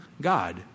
God